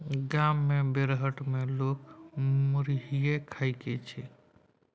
गाम मे बेरहट मे लोक मुरहीये खाइ छै